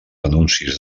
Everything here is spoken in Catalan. anuncis